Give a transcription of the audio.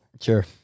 Sure